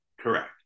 Correct